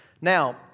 Now